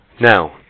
now